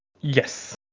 Yes